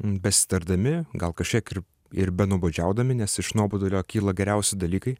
besitardami gal kažkiek ir ir benuobodžiaudami nes iš nuobodulio kyla geriausi dalykai